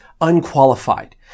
unqualified